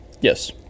Yes